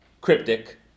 cryptic